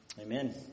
Amen